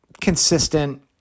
consistent